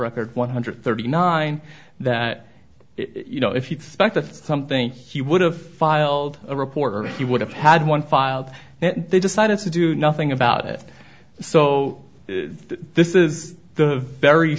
record one hundred thirty nine that you know if you spec that's something he would have filed a report or he would have had one filed and they decided to do nothing about it so this is the very